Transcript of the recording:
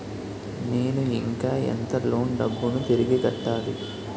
నేను ఇంకా ఎంత లోన్ డబ్బును తిరిగి కట్టాలి?